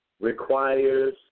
requires